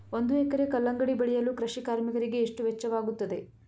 ಒಂದು ಎಕರೆ ಕಲ್ಲಂಗಡಿ ಬೆಳೆಯಲು ಕೃಷಿ ಕಾರ್ಮಿಕರಿಗೆ ಎಷ್ಟು ವೆಚ್ಚವಾಗುತ್ತದೆ?